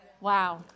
wow